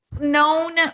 known